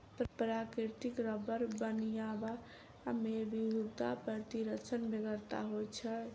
प्राकृतिक रबर बनयबा मे विधिवत प्रशिक्षणक बेगरता होइत छै